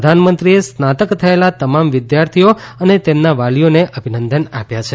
પ્રધાનમંત્રીએ સ્નાતક થયેલા તમામ વિદ્યાર્થીઓ અને તેમના વાલીઓને અભિનંદન આપ્યા છે